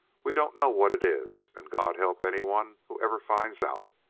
we don't know what it is, and god help anyone who ever finds out.